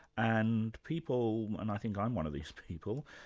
and people, and i think i'm one of these people,